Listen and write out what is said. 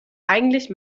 eigentlich